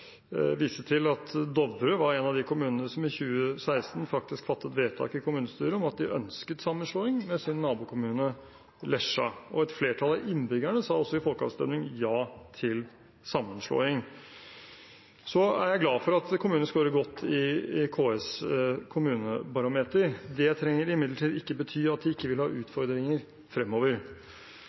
vise til at Dovre var en av de kommunene som i 2016 fattet vedtak i kommunestyret om at de ønsket sammenslåing med sin nabokommune Lesja. Et flertall av innbyggerne sa i folkeavstemning ja til sammenslåing. Jeg er glad for at kommunen skårer godt på KS’ kommunebarometer. Det trenger imidlertid ikke bety at de ikke vil ha utfordringer fremover.